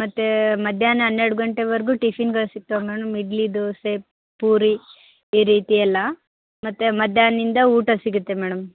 ಮತ್ತೆ ಮಧ್ಯಾಹ್ನ ಹನ್ನೆರಡು ಗಂಟೆವರೆಗೂ ಟಿಫಿನ್ಗಳು ಸಿಗ್ತವೆ ಮೇಡಮ್ ಇಡ್ಲಿ ದೋಸೆ ಪೂರಿ ಈ ರೀತಿ ಎಲ್ಲ ಮತ್ತೆ ಮಧ್ಯಾಹ್ನಿಂದ ಊಟ ಸಿಗುತ್ತೆ ಮೇಡಮ್